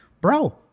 Bro